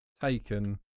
Taken